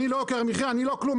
אני לא יוקר המחיה אני לא כלום,